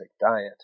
diet